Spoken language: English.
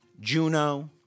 Juno